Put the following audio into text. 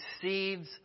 seeds